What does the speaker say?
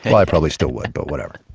i probably still would, but whatever